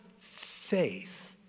faith